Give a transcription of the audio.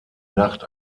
nacht